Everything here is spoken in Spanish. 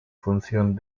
función